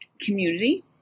community